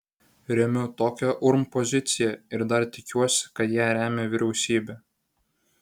remiu tokią urm poziciją ir dar tikiuosi kad ją remia vyriausybė